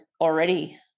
already